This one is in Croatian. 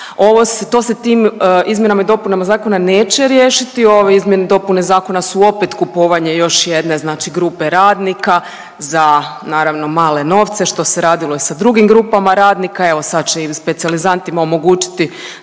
To se tim izmjenama i dopunama zakona neće riješiti, ove izmjene i dopune zakona su opet kupovanje još jedne grupe radnika za naravno za male novce što se radilo i sa drugim grupama radnika. Evo sad će i specijalizantima omogućiti